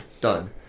Done